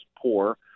poor